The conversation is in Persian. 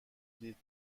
دید